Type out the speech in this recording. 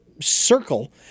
circle